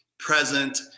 present